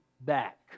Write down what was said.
back